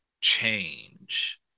change